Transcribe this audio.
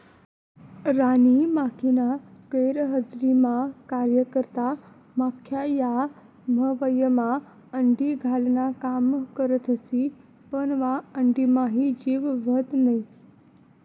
राणी माखीना गैरहजरीमा कार्यकर्ता माख्या या मव्हायमा अंडी घालान काम करथिस पन वा अंडाम्हाईन जीव व्हत नै